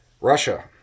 Russia